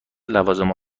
لوازم